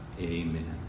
amen